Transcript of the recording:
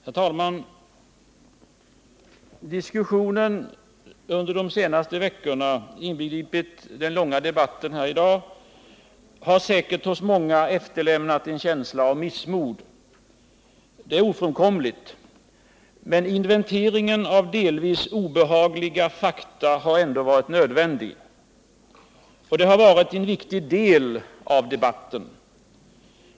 Herr talman! Diskussionen under de senaste veckorna, inbegripet den långa debatten här i dag, har säkert hos många efterlämnat en känsla av missmod. Det är ofrånkomligt. Men inventeringen av delvis obehagliga fakta har ändå varit nödvändig och den har utgjort en viktig del av debatten.